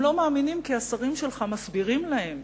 הם לא מאמינים כי השרים שלך מסבירים להם